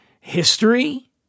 history